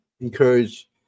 encourage